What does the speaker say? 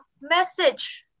message